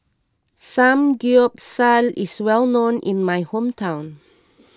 Samgyeopsal is well known in my hometown